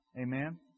Amen